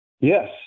Yes